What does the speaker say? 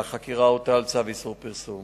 על החקירה הוטל צו איסור פרסום.